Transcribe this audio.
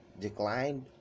declined